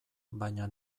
baina